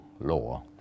law